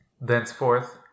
Thenceforth